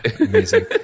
Amazing